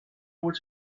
would